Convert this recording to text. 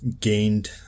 gained